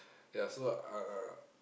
ya so uh